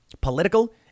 political